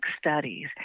studies